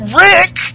Rick